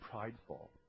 prideful